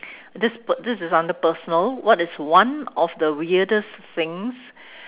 this p~ this is under personal what is one of the weirdest things